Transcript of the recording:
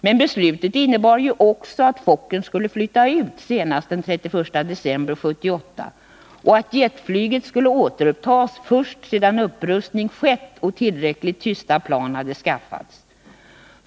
Men beslutet innebar ju också att Fokkern skulle flytta ut senast den 31 december 1978 och att jetflyg skulle återupptas först sedan upprustning skett och tillräckligt tysta plan hade skaffats.